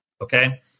okay